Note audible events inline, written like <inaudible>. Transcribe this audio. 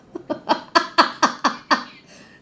<laughs>